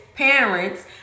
Parents